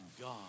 God